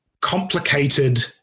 complicated